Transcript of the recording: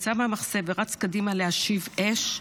יצא מהמחסה ורץ קדימה להשיב אש.